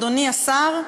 אדוני השר,